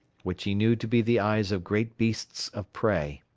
which he knew to be the eyes of great beasts of prey.